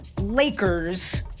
Lakers